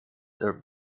their